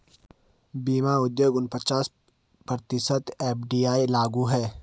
बीमा उद्योग में उनचास प्रतिशत एफ.डी.आई लागू है